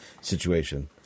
situation